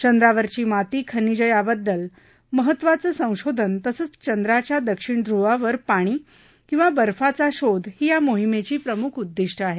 चंद्रावरची माती खनिजं याबददल महत्वाचं संशोधन तसंच चंद्राच्या दक्षिण ध्र्वावर पाणी किंवा बर्फाचा शोध ही या मोहिमेची प्रम्ख उद्दिष्टं आहेत